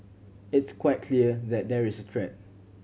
it's quite clear that there is a threat